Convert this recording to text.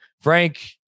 Frank